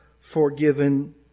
forgiven